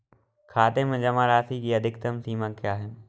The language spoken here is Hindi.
खाते में जमा राशि की अधिकतम सीमा क्या है?